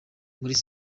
muri